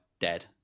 dead